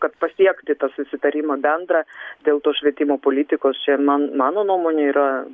kad pasiekti tą susitarimą bendrą dėl to švietimo politikos čia man mano nuomonė yra